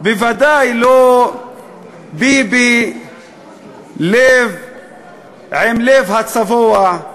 בוודאי לא ביבי עם לב הצבוע,